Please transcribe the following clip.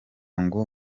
ngo